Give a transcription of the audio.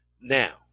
Now